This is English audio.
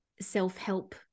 self-help